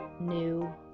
new